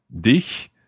dich